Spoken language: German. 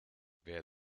wer